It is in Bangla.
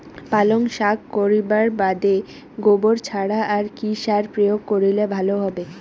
পালং শাক করিবার বাদে গোবর ছাড়া আর কি সার প্রয়োগ করিলে ভালো হবে?